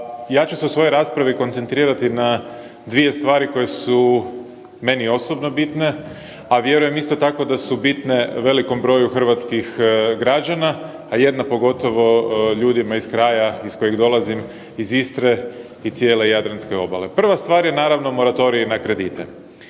Ja ću se u svojoj raspravi koncentrirati na dvije stvari koje su meni osobno bitne, a vjerujem isto tako da su bitne velikom broju hrvatskih građana, a jedna pogotovo ljudima iz kraja iz kojeg dolazim, iz Istre i cijele jadranske obale. Prva stvar je naravno, moratorij na kredite.